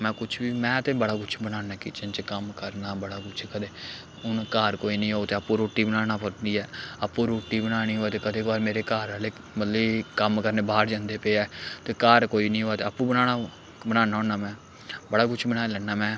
में कुछ बी में ते बड़ा कुछ बनाना किचन च कम्म करना बड़ा कुछ कदें हून घर कोई निं होग ते आपूं रुट्टी बनाना पौंदी ऐ आपूं रुट्टी बनानी होऐ ते कदें कभार मेरे घर आह्ले मतलब कि कम्म करने बाह्र जंदे पे ऐ ते घर कोई निं होऐ ते आपूं बनाना बनाना होन्ना में बड़ा कुछ बनाई लैन्ना में